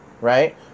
right